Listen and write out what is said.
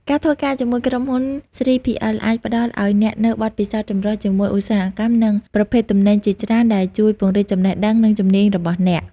ការធ្វើការជាមួយក្រុមហ៊ុន 3PL អាចផ្តល់ឱ្យអ្នកនូវបទពិសោធន៍ចម្រុះជាមួយឧស្សាហកម្ម និងប្រភេទទំនិញជាច្រើន ដែលជួយពង្រីកចំណេះដឹង និងជំនាញរបស់អ្នក។